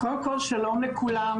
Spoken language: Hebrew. קודם כל שלום לכולם,